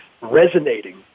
resonating